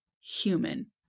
human